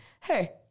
hey